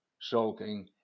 sulking